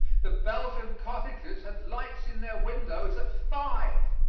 the belgian cottages have lights in their windows at five,